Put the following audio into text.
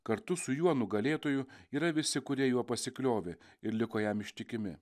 kartu su juo nugalėtoju yra visi kurie juo pasikliovė ir liko jam ištikimi